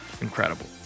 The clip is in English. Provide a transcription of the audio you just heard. Incredible